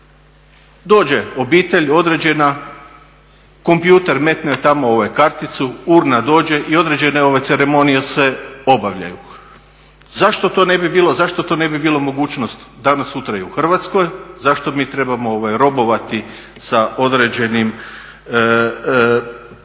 dođe obitelj određena metne u kompjuter karticu urna dođe i određena ceremonija se obavlja. Zašto to ne bi bilo moguće danas sutra i u Hrvatskoj, zašto mi trebamo robovati sa određenim stereotipima